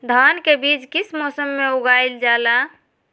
धान के बीज किस मौसम में उगाईल जाला?